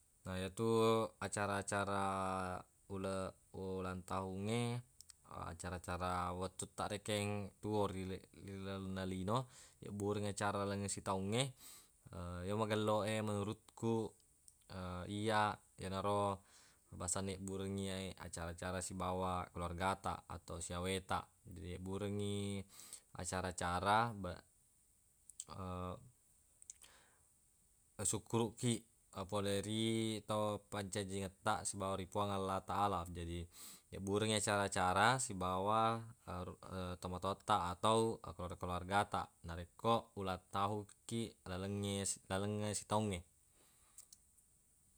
Na yetu acara-acara ule- ulang tahungnge acara-acara wettu taq rekeng tuwo rile- rilalenna lino yebbureng acara lalenna sitaungnge ye magello e menuruq ku iyya yenaro basa nebburengngi acara-acara sibawa keluargataq atau siawe taq jadi yibburengngi acara-acara be- sukkuruq kiq pole ri to pajajingetta sibawa ri puang allah taalah jadi yebburengngi acara-acara sibawa tomatowattaq atau keluarga-keluarga taq narekko ulang tahung kiq lalengnge laleng sitaungnge.